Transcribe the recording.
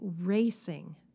racing